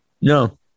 No